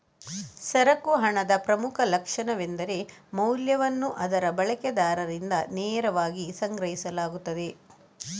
ಸರಕು ಹಣದ ಪ್ರಮುಖ ಲಕ್ಷಣವೆಂದರೆ ಮೌಲ್ಯವನ್ನು ಅದರ ಬಳಕೆದಾರರಿಂದ ನೇರವಾಗಿ ಗ್ರಹಿಸಲಾಗುತ್ತದೆ